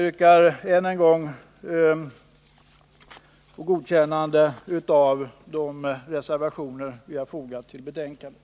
Jag yrkar än en gång bifall till de reservationer som vi fogat till betänkandet.